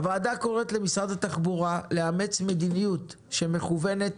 הוועדה קוראת למשרד התחבורה לאמץ מדיניות שמכוונת